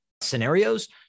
scenarios